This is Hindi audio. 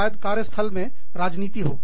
शायद कार्यस्थल में राजनीति हो